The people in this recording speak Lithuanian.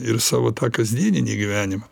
ir savo tą kasdieninį gyvenimą